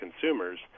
consumers